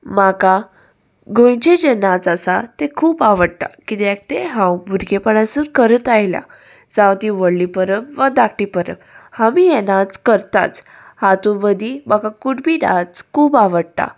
म्हाका गोंयचें जे नाच आसा तें खूब आवडटा कित्याक तें हांव भुरगेपणासून करत आयल्या जावं ती व्हडली परब वा धाकटी परब हांव हें नाच करताच हातूं मदीं म्हाका कुणबी नाच खूब आवडटा